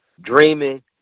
dreaming